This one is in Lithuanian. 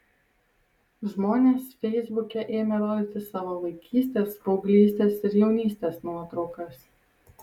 žmonės feisbuke ėmė rodyti savo vaikystės paauglystės ir jaunystės nuotraukas